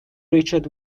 richard